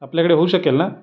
आपल्याकडे होऊ शकेल ना